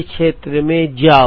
इस क्षेत्र में जाओ